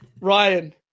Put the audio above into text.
Ryan